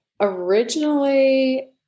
originally